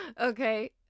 Okay